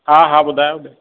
हा हा ॿुधायो न